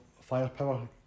firepower